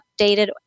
updated